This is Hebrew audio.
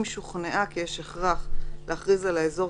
אם שוכנעה כי יש הכרח להכריז על האזור